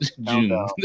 June